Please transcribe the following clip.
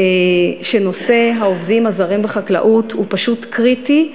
שנושא העובדים הזרים בחקלאות הוא פשוט קריטי.